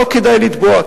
לא כדאי לתבוע,